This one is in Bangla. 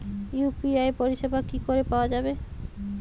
ইউ.পি.আই পরিষেবা কি করে পাওয়া যাবে?